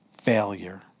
failure